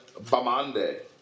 Bamande